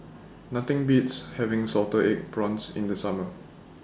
Nothing Beats having Salted Egg Prawns in The Summer